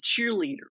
cheerleader